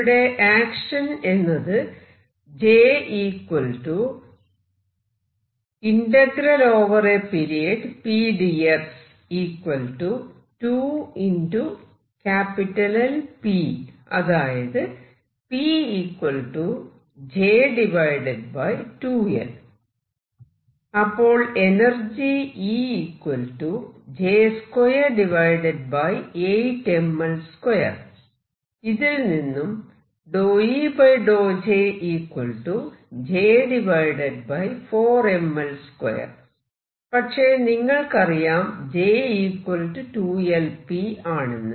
ഇവിടെ ആക്ഷൻ എന്നത് അതായത് അപ്പോൾ എനർജി ഇതിൽ നിന്നും പക്ഷെ നിങ്ങൾക്കറിയാം J 2Lp ആണെന്ന്